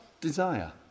desire